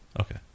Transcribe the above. Okay